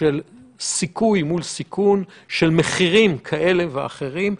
של סיכוי מול סיכון, של מחירים כאלה ואחרים.